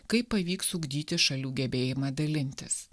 kaip pavyks ugdyti šalių gebėjimą dalintis